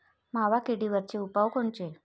मावा किडीवरचे उपाव कोनचे?